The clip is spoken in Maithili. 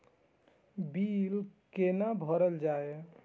बील कैना भरल जाय?